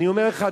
אני אומר לך,